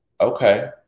okay